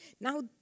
Now